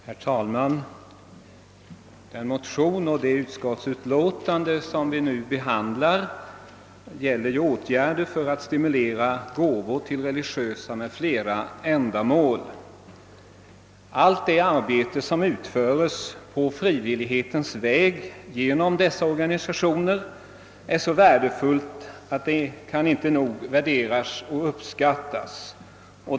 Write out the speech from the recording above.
Herr talman! Den motion och det utskottsutlåtande som vi nu behandlar gäller åtgärder för att stimulera gåvor till religiösa m.fl. ändamål. Allt det arbete som utföres på frivillighetens väg genom dessa organisationer är så värdefullt att det inte nog kan värderas och uppskattas.